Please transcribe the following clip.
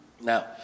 Now